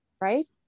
right